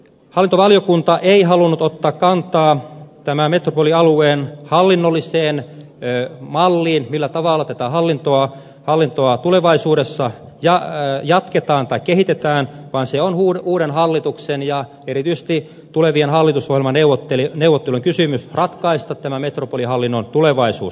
hallintovaliokunta ei halunnut ottaa kantaa tämän metropolialueen hallinnolliseen malliin millä tavalla tätä hallintoa tulevaisuudessa kehitetään vaan on uuden hallituksen ja erityisesti tulevien hallitusohjelmaneuvottelijoiden tehtävä ratkaista tämä metropolihallinnon tulevaisuus